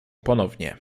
ponownie